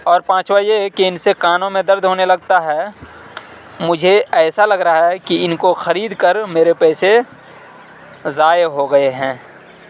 اور پانچواں یہ ہے کہ ان سے کانوں میں درد ہونے لگتا ہے مجھے ایسا لگ رہا ہے کہ ان کو خرید کر میرے پیسے ضائع ہو گئے ہیں